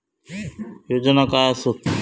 योजना काय आसत?